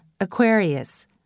Aquarius